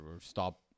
stop